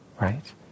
right